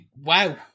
Wow